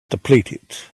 depleted